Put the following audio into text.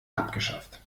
abgeschafft